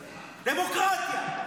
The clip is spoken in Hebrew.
דמוקרטיה.